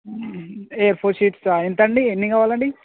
ఏ four షీట్సా ఎంత అండి ఎన్ని కావాలి అండి